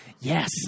yes